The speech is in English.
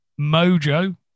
mojo